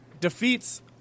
defeats